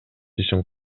ишин